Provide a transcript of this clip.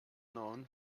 known